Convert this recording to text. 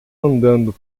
andando